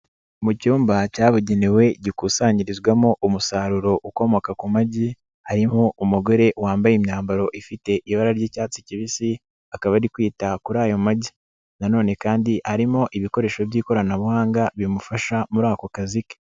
Mu cyumba cyabugenewe gikusanyirizwamo umusaruro ukomoka ku magi harimo umugore wambaye imyambaro ifite ibara ry'icyatsi kibisi akaba ari kwita kuri ayo magi nanone kandi harimo ibikoresho by'ikoranabuhanga bimufasha muri ako kazi ke.